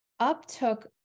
uptook